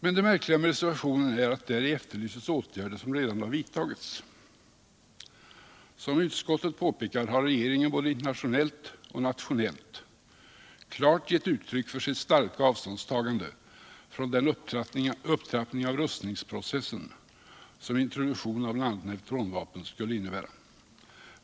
Men det märkliga med reservationen är att däri efterlyses åtgärder som redan har vidtagits. Som utskottet påpekar har regeringen både internationetHt och nationellt klart gett uttryck för sitt starka avståndstagande från den upptrappning av rustningsprocessen som introduktionen av bl.a. neutronvapen skulle innebära.